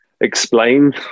explain